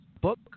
Book